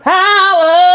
power